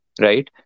right